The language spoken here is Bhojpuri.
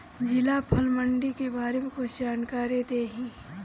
जिला फल मंडी के बारे में कुछ जानकारी देहीं?